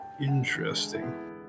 Interesting